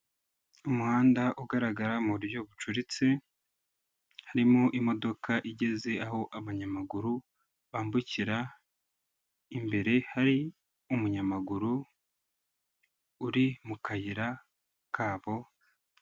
Umuhanda ugaragara mu buryo bucuritse, harimo imodoka igeze aho abanyamaguru bambukira, imbere hari umunyamaguru uri mu kayira kabo.